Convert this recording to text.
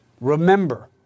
Remember